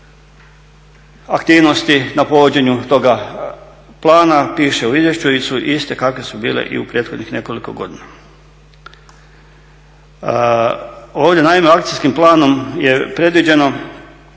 Aktivnosti na provođenju toga plana piše u izvješću ili su iste kakve su bile i u prethodnih nekoliko godina. Ovdje naime akcijskim planom je predviđeno